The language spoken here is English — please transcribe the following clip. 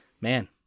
Man